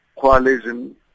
coalition